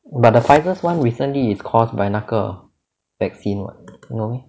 but the Pfizer [one] recently is caused by 那个 vaccine [what] no meh